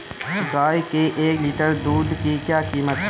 गाय के एक लीटर दूध की क्या कीमत है?